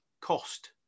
cost